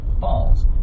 falls